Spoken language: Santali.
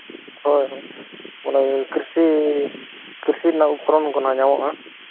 ᱦᱳᱭ ᱚᱱᱟ ᱠᱨᱤᱥᱤ ᱠᱨᱤᱥᱤ ᱨᱮᱱᱟᱜ ᱯᱷᱨᱚᱢ ᱠᱚᱦᱟᱸᱜ ᱧᱟᱢᱚᱜᱼᱟ